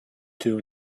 two